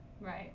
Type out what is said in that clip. Right